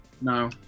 No